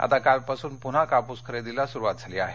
आता काल पासून पुन्हा कापूस खरेदीला सुरुवात झाली आहे